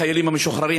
לחיילים המשוחררים,